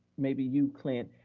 maybe you can't,